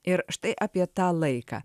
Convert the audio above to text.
ir štai apie tą laiką